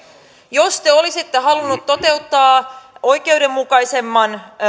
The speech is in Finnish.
jos te olisitte halunneet toteuttaa oikeudenmukaisemman